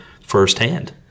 firsthand